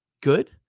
good